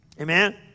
Amen